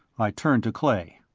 i turned to clay.